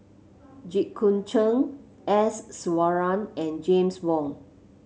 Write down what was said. Jit Koon Ch'ng S Iswaran and James Wong